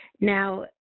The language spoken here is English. Now